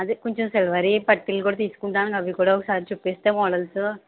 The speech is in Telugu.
అదే కొంచుం సిల్వర్వి పట్టీలు కూడా తీసుకుంటామని అవి కూడా ఒకసారి చూపిస్తే మోడల్సు